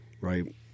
right